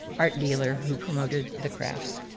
art dealer who promoted the crafts.